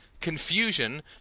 confusion